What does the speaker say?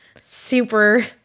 super